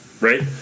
right